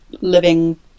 living